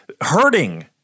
hurting